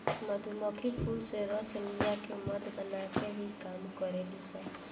मधुमक्खी फूल से रस लिया के मध बनावे के भी काम करेली सन